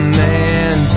man